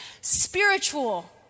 spiritual